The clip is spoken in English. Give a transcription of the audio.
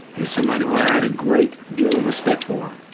you're somebody who i had a great deal of respect for,